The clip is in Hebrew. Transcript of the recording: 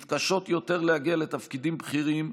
מתקשות יותר להגיע לתפקידים בכירים,